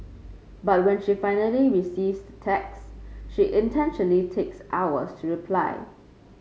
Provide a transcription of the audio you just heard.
but when she finally receives the text she intentionally takes hours to reply